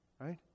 right